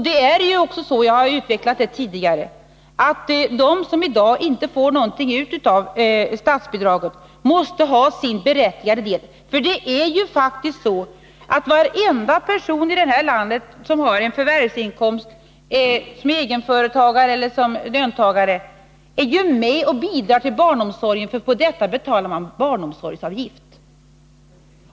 Det är också så, som jag har uttalat tidigare, att de som i dag inte får någonting ut av statsbidraget ändå måste få sin berättigade del. Varenda person i det här landet som har en förvärvsinkomst, som egenföretagare eller som löntagare, är faktiskt med och bidrar till barnomsorgen, för man betalar ju barnomsorgsavgift.